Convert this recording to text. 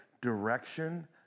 direction